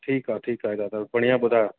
ठीकु आहे ठीकु आहे दादा बढ़िया ॿुधायो